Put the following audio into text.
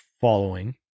following